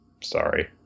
sorry